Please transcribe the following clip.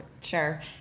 Sure